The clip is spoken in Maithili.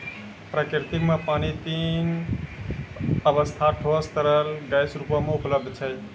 प्रकृति म पानी तीन अबस्था ठोस, तरल, गैस रूपो म उपलब्ध छै